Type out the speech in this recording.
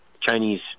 Chinese